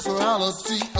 reality